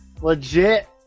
legit